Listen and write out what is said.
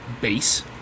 base